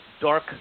dark